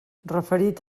referit